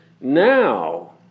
now